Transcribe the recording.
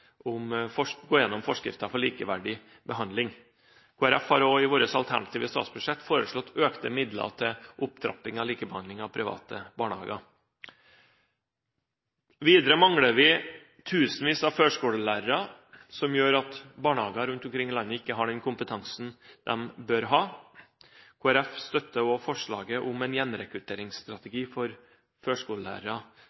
om å gå gjennom forskriften om likeverdig behandling. Kristelig Folkeparti har også i sitt alternative statsbudsjett foreslått økte midler til opptrapping av likebehandling av private barnehager. Videre mangler vi tusenvis av førskolelærere, som gjør at barnehager rundt omkring i landet ikke har den kompetansen de bør ha. Kristelig Folkeparti støtter også forslaget om en